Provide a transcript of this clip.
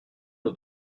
aux